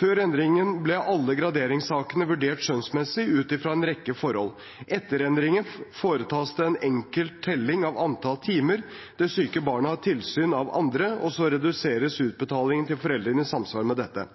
Før endringen ble alle graderingssakene vurdert skjønnsmessig, ut ifra en rekke forhold. Etter endringen foretas det en enkelt telling av antall timer det syke barnet har tilsyn av andre, og så reduseres utbetalingen til foreldrene i samsvar med dette.